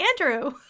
Andrew